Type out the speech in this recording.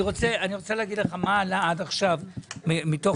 אני רוצה להגיד לך מה עלה עד עכשיו מתוך